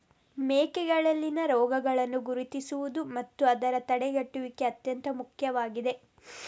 ಮೇಕೆಗಳಲ್ಲಿನ ರೋಗಗಳನ್ನು ಗುರುತಿಸುವುದು ಮತ್ತು ಅದರ ತಡೆಗಟ್ಟುವಿಕೆ ಅತ್ಯಂತ ಮುಖ್ಯವಾಗಿದೆ